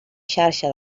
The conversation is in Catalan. xarxa